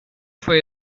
fuori